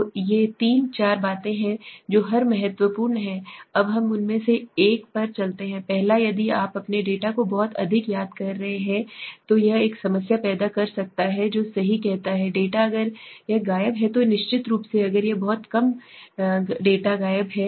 तो ये तीन चार बातें हैं जो हर महत्वपूर्ण हैं अब हम उनमें से हर एक पर चलते हैं पहला यदि आप अपने डेटा को बहुत अधिक याद कर रहे हैं तो यह एक समस्या पैदा कर सकता है जो सही कहता है डेटा अगर यह गायब है तो निश्चित रूप से अगर यह बहुत कम डेटा गायब है